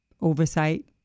oversight